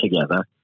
together